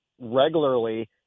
regularly